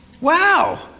Wow